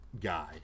guy